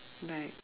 right